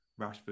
Rashford